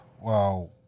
wow